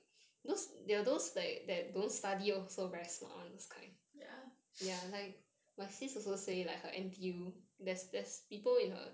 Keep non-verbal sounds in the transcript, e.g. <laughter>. ya <laughs>